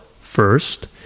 first